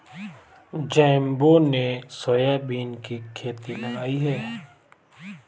जम्बो ने सोयाबीन की खेती लगाई है